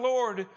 Lord